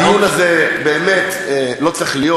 הדיון הזה, באמת, לא צריך להיות.